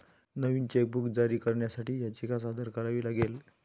नवीन chequebook जारी करण्यासाठी याचिका सादर करावी लागेल